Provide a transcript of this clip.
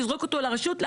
תזרוק אותו לרשות,